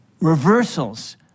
Reversals